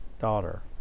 daughter